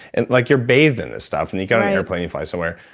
and like you're bathed in this stuff and you got on an airplane, you fly somewhere,